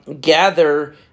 gather